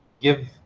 give